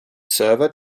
server